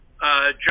John